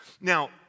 Now